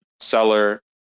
Seller